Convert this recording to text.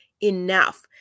enough